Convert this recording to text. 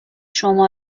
شما